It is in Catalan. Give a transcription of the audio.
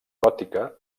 gòtica